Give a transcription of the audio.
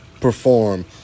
perform